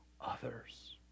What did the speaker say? others